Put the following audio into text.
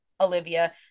Olivia